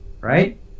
right